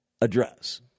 address